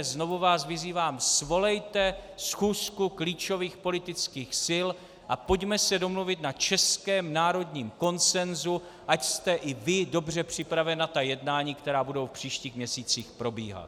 Znovu vás vyzývám, svolejte schůzku klíčových politických sil a pojďme se domluvit na českém národním konsenzu, ať jste i vy dobře připraven na ta jednání, která budou v příštích měsících probíhat.